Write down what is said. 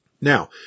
Now